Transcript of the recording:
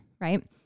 right